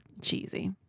cheesy